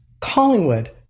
Collingwood